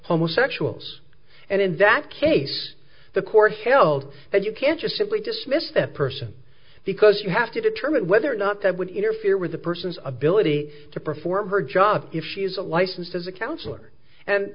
homosexuals and in that case the court held that you can't just simply dismiss that person because you have to determine whether or not that would interfere with a person's ability to perform her job if she is a licensed as a counselor and